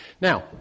Now